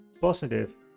positive